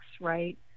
right